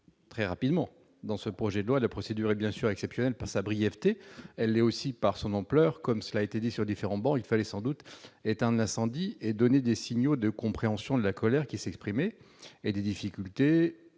très rapidement dans ce projet de loi. La procédure est évidemment exceptionnelle par sa brièveté ; elle l'est aussi par son ampleur, comme cela a été souligné sur différentes travées. Il fallait sans doute éteindre l'incendie et donner des signaux de compréhension de la colère qui s'est exprimée et des difficultés